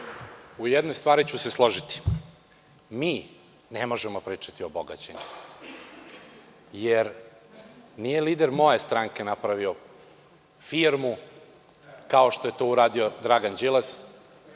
U jednoj stvari ću se složiti, mi ne možemo pričati o bogaćenju, jer nije lider moje stranke napravio firmu, kao što je to uradio Dragan Đilas,